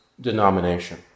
denomination